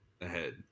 ahead